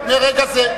מרגע זה,